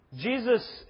Jesus